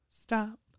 stop